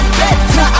better